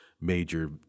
major